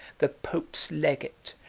the pope's legate,